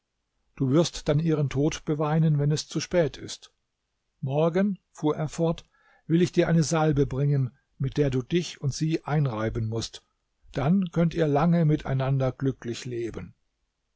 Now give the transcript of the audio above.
du wirst dann ihren tod beweinen wenn es zu spät ist morgen fuhr er fort will ich dir eine salbe bringen mit der du dich und sie einreiben mußt dann könnt ihr lange miteinander glücklich leben